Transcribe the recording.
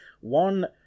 One